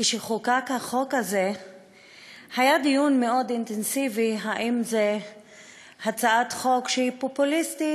כשחוקק החוק הזה היה דיון מאוד אינטנסיבי האם זו הצעת חוק פופוליסטית